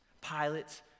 Pilate